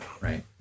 right